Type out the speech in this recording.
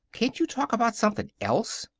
can't you talk about something else?